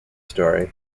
story